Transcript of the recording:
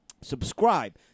subscribe